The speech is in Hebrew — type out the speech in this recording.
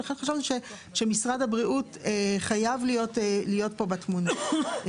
ולכן חשבנו שמשרד הבריאות חייב להיות פה בתמונה.